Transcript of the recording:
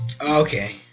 Okay